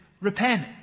repent